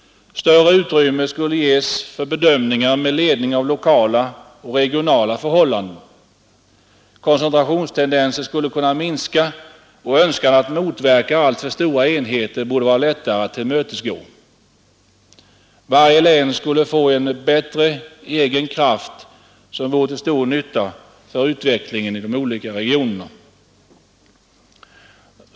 Större utrymme skulle ges för bedömningar med ledning av lokala och regionala förhållanden. Koncentrationstendensen skulle kunna minska, och önskan att motverka alltför stora enheter borde vara lättare att tillmötesgå. Varje län skulle få en bättre egen kraft som vore till stor nytta för utvecklingen i de olika regionerna.